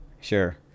Sure